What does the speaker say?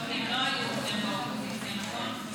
הם לא היו איתכם באופוזיציה, נכון?